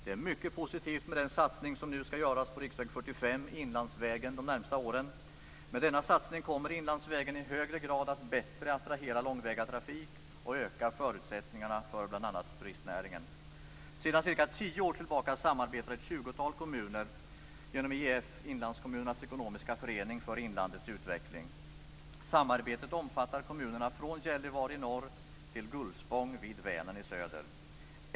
Det är mycket positivt med den satsning som nu skall göras på riksväg 45, Inlandsvägen, under de närmaste åren. Med denna satsning kommer Inlandsvägen i högre grad att bättre attrahera långväga trafik och öka förutsättningarna för bl.a. turistnäringen. Sedan cirka tio år tillbaka samarbetar ett tjugotal kommuner genom IEF, Inlandskommunernas Ekonomiska förening för inlandets utveckling. Samarbetet omfattar kommunerna från Gällivare i norr till Gullspång vid Vänern i söder.